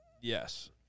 Yes